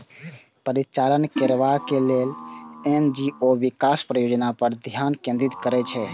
परिचालन करैबला एन.जी.ओ विकास परियोजना पर ध्यान केंद्रित करै छै